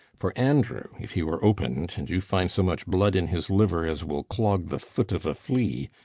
for andrew, if he were open'd, and you find so much blood in his liver as will clog the foot of a flea,